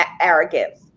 arrogance